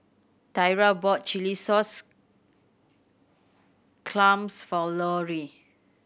Tyra bought chilli sauce clams for Lorrie